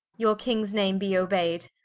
your kings name be obeyd,